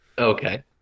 Okay